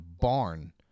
barn